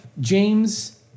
James